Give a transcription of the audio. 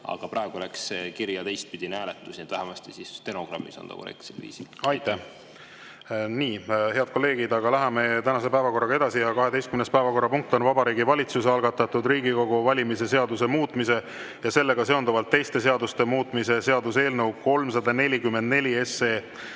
aga praegu läks kirja teistpidi. Nii et vähemasti stenogrammis on see korrektsel viisil. Aitäh! Head kolleegid, läheme tänase päevakorraga edasi. 12. päevakorrapunkt on Vabariigi Valitsuse algatatud Riigikogu valimise seaduse muutmise ja sellega seonduvalt teiste seaduste muutmise seaduse eelnõu 344